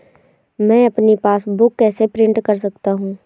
मैं अपनी पासबुक कैसे प्रिंट कर सकता हूँ?